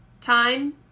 time